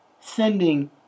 sending